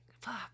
fuck